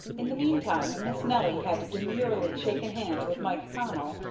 in the meantime miss nelly had demurely shaken hands with mike connell,